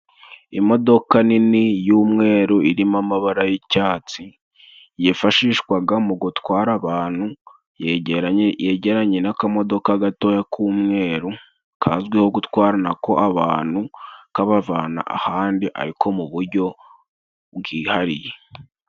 Imodoka nini y'umweru irimo amabara y'icyatsi yifashishwaga mu gutwara abantu, yegeranye n'akamodoka gatoya k'umweru kazwiho gutwara nako abantu kabavana ahandi ariko mu bujyo bwihariye.